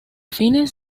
fines